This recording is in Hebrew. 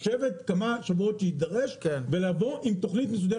צריך לשבת כמה שבועות שיידרשו ולבוא עם תוכנית מסודרת.